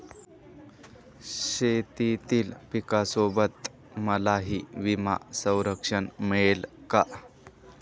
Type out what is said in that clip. शेतीतील पिकासोबत मलाही विमा संरक्षण मिळेल का?